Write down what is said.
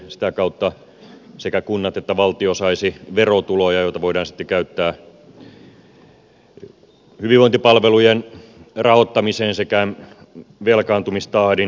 sitä kautta sekä kunnat että valtio saisivat verotuloja joita voidaan sitten käyttää hyvinvointipalvelujen rahoittamiseen sekä velkaantumistahdin hillitsemiseen